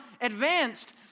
advanced